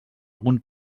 algun